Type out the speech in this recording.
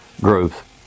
growth